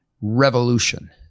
revolution